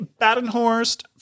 Badenhorst